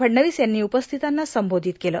फडणवीस यांनी उपस्थितांना संबोधित केलं